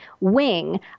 wing